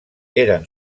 eren